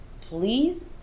please